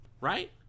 Right